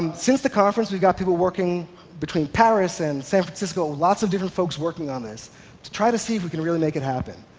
since the conference, we've got people working between paris and san francisco, lots of different folks working on this to try to see if we can really make it happen.